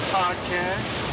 podcast